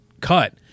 cut